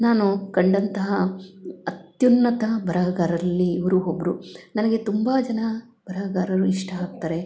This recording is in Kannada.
ನಾನು ಕಂಡಂತಹ ಅತ್ಯುನ್ನತ ಬರಹಗಾರರಲ್ಲಿ ಇವರು ಒಬ್ಬರು ನನಗೆ ತುಂಬ ಜನ ಬರಹಗಾರರು ಇಷ್ಟ ಆಗ್ತಾರೆ